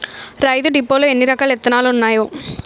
రైతు డిపోలో ఎన్నిరకాల ఇత్తనాలున్నాయో